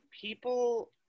people